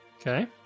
Okay